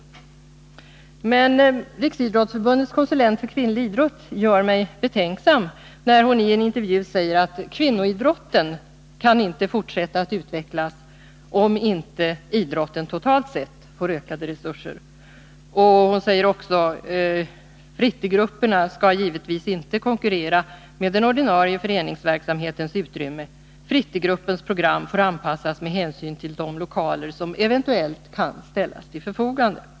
Men Riksidrottsförbundets konsulent för kvinnlig idrott gör mig betänksam, när hon i en intervju säger att kvinnoidrotten inte kan fortsätta att utvecklas, om inte idrotten totalt sett får ökade resurer. Hon säger också: Frittegrupperna skall givetvis inte konkurrera med den ordinarie föreningsverksamhetens utrymme. Frittegruppens program får anpassas med hänsyn till de lokaler som eventuellt kan ställas till förfogande.